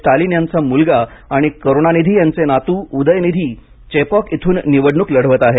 स्टॅलिन यांचा मुलगा आणि करुणानिधी यांचे नातू उदयनिधी चेपाक येथून निवडणूक लढवत आहेत